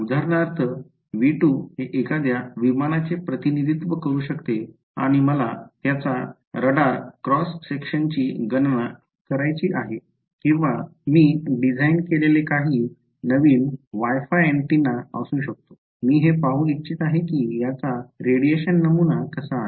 उदाहरणार्थ V2 हे एखाद्या विमानाचे प्रतिनिधित्व करू शकते आणि मला त्याच्या रडार क्रॉस सेक्शनची गणना करायची आहे किंवा मी डिझाइन केलेले काही नवीन वाय फाय ऍंटेना असू शकतो मी हे पाहू इच्छित आहे की याचा रेडिएशन नमुना कसा आहे